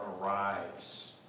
arrives